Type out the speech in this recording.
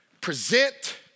Present